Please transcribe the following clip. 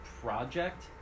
project